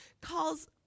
calls